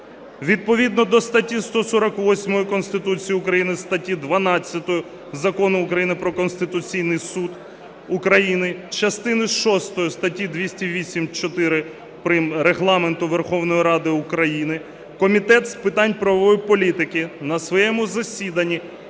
відповідно до статті 148 Конституції України, статті 12 Закону України "Про Конституційний Суд України", частини шостої статті 208 4 прим. Регламенту Верховної Ради України Комітет з питань правової політики на своєму засіданні